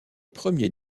premiers